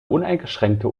uneingeschränkte